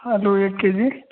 आलू एक के जी